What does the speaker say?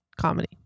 comedy